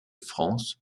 france